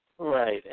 Right